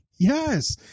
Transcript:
Yes